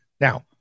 Now